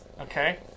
okay